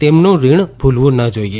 તેમનું ઋણ ભુલવું ન જોઇએ